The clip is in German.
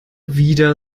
wieder